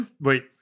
wait